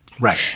Right